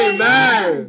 Amen